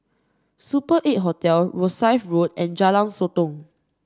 Super Eight Hotel Rosyth Road and Jalan Sotong